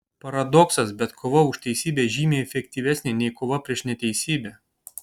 paradoksas bet kova už teisybę žymiai efektyvesnė nei kova prieš neteisybę